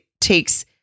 takes